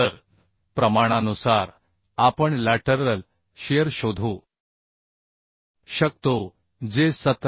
तर प्रमाणानुसार आपण लॅटरल शिअर शोधू शकतो जे 17